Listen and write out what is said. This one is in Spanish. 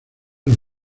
los